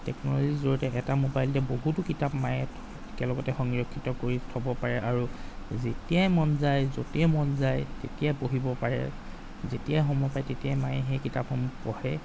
টেকনল'জিৰ জৰিয়তে এটা ম'বাইলতে বহুতো কিতাপ মায়ে একেলগতে সংৰক্ষিত কৰি থ'ব পাৰে আৰু যেতিয়াই মন যায় য'তে মন যায় তেতিয়াই পঢ়িব পাৰে যেতিয়াই সময় পায় তেতিয়াই মায়ে সেই কিতাপসমূহ পঢ়ে